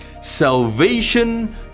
Salvation